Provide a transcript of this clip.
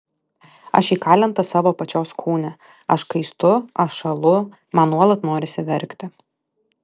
aš įkalinta savo pačios kūne aš kaistu aš šąlu man nuolat norisi verkti